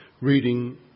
Reading